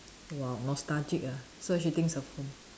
!wow! nostalgic ah so she thinks of home